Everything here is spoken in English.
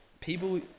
people